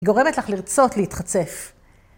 גורמת לך לרצות להתחצף.